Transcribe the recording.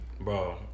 bro